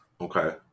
Okay